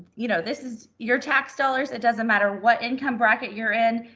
you know, this is your tax dollars. it doesn't matter what income bracket you're in.